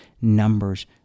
numbers